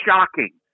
shocking